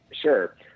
Sure